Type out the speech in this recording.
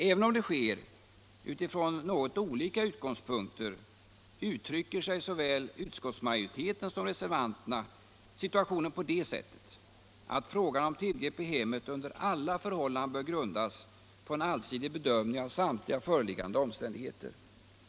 Även om det sker utifrån något olika utgångspunkter uttrycker såväl utskottsmajoriteten som reservanterna situationen på det sättet att frågan om tillgrepp i hemmet under alla förhållanden bör grundas på en allsidig bedömning av samtliga föreliggande omständigheter.